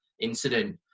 incident